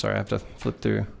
sorry i have to flip through